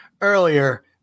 earlier